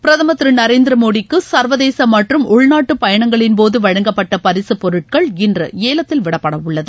பிரதமர் திரு நரேந்திரமோடிக்கு சர்வதேச மற்றும் உள்நாட்டு பயணங்களின்போது வழங்கப்பட்ட பரிசுப்பொருட்கள் இன்று ஏலத்தில் விடப்படவுள்ளது